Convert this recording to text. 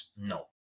no